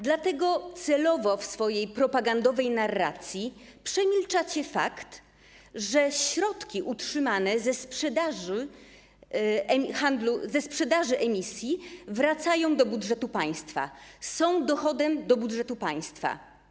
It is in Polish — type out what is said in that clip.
Dlatego celowo w swojej propagandowej narracji przemilczacie fakt, że środki otrzymane ze sprzedaży uprawnień do emisji wracają do budżetu państwa, są dochodem budżetu państwa.